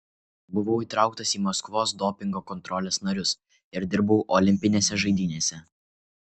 buvau įtrauktas į maskvos dopingo kontrolės narius ir dirbau olimpinėse žaidynėse